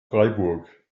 freiburg